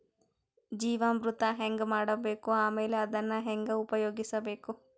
ಜೀವಾಮೃತ ಹೆಂಗ ಮಾಡಬೇಕು ಆಮೇಲೆ ಅದನ್ನ ಹೆಂಗ ಉಪಯೋಗಿಸಬೇಕು?